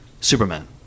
Superman